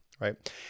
right